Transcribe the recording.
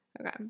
Okay